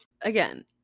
Again